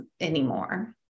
anymore